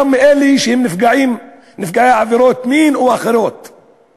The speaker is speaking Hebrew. גם אלה שהן נפגעות עבירות מין או עבירות אחרות.